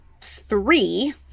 three